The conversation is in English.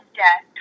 death